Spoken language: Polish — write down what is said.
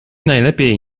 najlepiej